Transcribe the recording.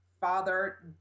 father